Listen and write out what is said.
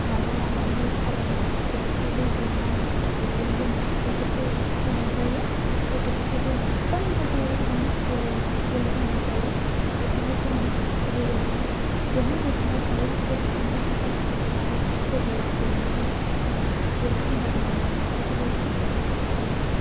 मारबल लानानै थाबायनाय खर'आव रुजुननाय दुरुं बोनाय बेफोरखौ होनाय जायो गथ'फोरखौबो गोबां गोबां रोखोमनि गेलेहोनाय जायो बेखायनो जोङो गेलेनायाव जेननाय देरहानाय थायो जों बेखौ बुजियो आरो सोरबाया जेननानैबो जेनाखै होनना बुंना लानाय बेफोरबायदि खोथाया जायो